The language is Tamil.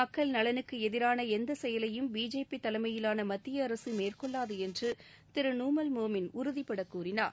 மக்கள் நலனுக்கு எதிரான எந்த செயலையும் பிஜேபி தலைமையிலான மத்திய அரசு மேற்கொள்ளாது என்று திரு நூமல் மோமின் உறுதிபட கூறினார்